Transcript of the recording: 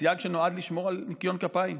סייג שנועד לשמור על ניקיון כפיים,